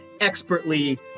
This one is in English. expertly